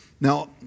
Now